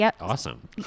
awesome